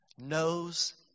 knows